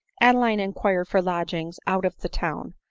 adeline inquired for lodgings out of the town,